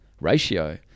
ratio